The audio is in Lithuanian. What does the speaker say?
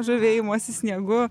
žavėjimosi sniegu